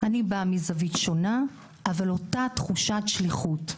אני באה מזווית שונה, אבל אותה תחושת שליחות.